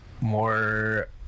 more